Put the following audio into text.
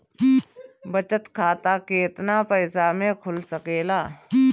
बचत खाता केतना पइसा मे खुल सकेला?